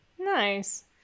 Nice